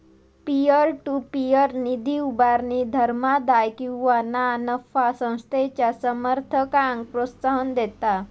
peer to peer निधी उभारणी धर्मादाय किंवा ना नफा संस्थेच्या समर्थकांक प्रोत्साहन देता